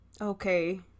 Okay